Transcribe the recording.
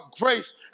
grace